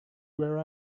where